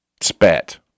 spat